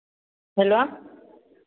hello